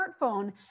smartphone